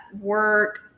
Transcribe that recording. work